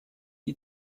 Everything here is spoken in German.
die